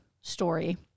story